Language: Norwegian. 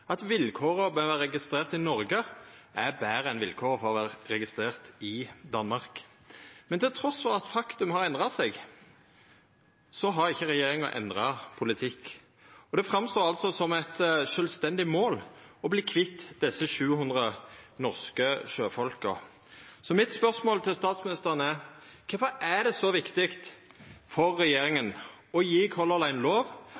at vilkåra for å vera registrert i Noreg er betre enn vilkåra for å vera registrert i Danmark. Trass i at faktum har endra seg, har ikkje regjeringa endra politikk. Det ser ut som om det er eit sjølvstendig mål å verta kvitt desse 700 norske sjøfolka. Spørsmålet mitt til statsministeren er: Kvifor er det så viktig for regjeringa å gje Color Line lov